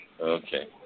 Okay